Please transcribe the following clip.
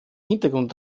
hintergrund